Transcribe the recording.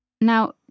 Now